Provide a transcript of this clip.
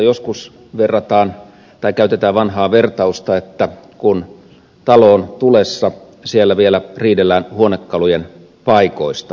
joskus käytetään vanhaa vertausta että kun talo on tulessa siellä vielä riidellään huonekalujen paikoista